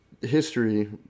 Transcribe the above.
history